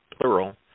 plural